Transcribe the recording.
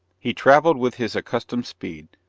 he travelled with his accustomed speed,